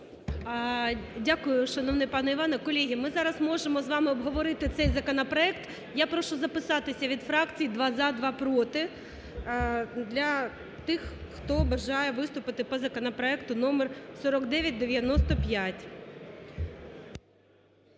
Дякую, шановний пане Іване. Колеги, ми зараз можемо з вами обговорити цей законопроект. Я прошу записатися від фракцій: два - за, два - проти. Для тих, хто бажає виступити по законопроекту номер 4995.